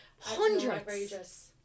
hundreds